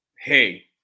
hey